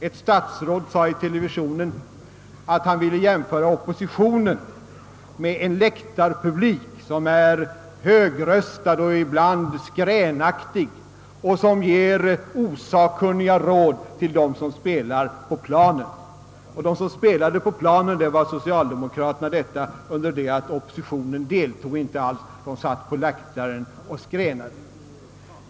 Ett statsråd sade i TV, att han ville jämföra oppositionen med en läktarpublik, som är högröstad och ibland skränig och som ger osakkunniga råd till dem som spelar på planen. De som spelade på planen var socialdemokraterna, under det att oppositionen inte deltog utan satt på läktaren och skränade.